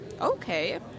okay